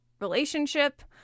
relationship